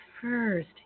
first